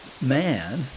man